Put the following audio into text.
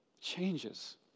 changes